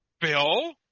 Bill